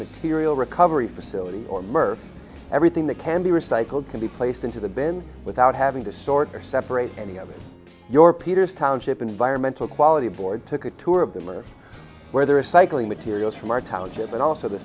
material recovery facility or mer everything that can be recycled can be placed into the bin without having to sort or separate any of your peters township environmental quality board took a tour of them or where there are cycling materials from our township and also the